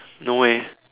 no eh